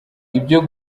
ibyo